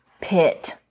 pit